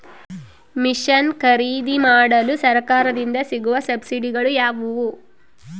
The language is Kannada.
ಮಿಷನ್ ಖರೇದಿಮಾಡಲು ಸರಕಾರದಿಂದ ಸಿಗುವ ಸಬ್ಸಿಡಿಗಳು ಯಾವುವು?